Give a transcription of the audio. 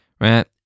right